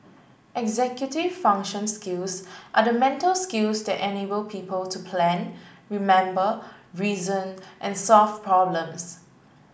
executive function skills are the mental skills that enable people to plan remember reason and solve problems